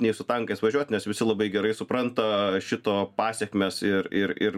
nei su tankais važiuot nes visi labai gerai supranta šito pasekmes ir ir ir